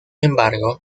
embargo